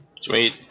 Sweet